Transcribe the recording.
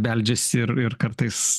beldžias ir ir kartais